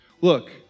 Look